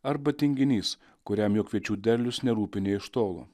arba tinginys kuriam jo kviečių derlius nerūpi nė iš tolo